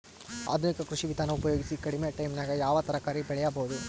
ಆಧುನಿಕ ಕೃಷಿ ವಿಧಾನ ಉಪಯೋಗಿಸಿ ಕಡಿಮ ಟೈಮನಾಗ ಯಾವ ತರಕಾರಿ ಬೆಳಿಬಹುದು?